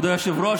כבוד היושב-ראש,